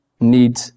need